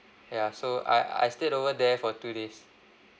ya so I I stayed over there for two days